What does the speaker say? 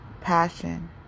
Passion